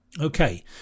Okay